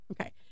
Okay